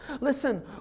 Listen